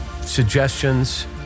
suggestions